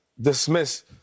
dismiss